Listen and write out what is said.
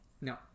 no